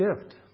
gift